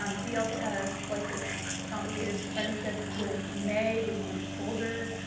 um he also has like this complicated friendship with mei, who was one of his soldiers,